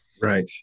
Right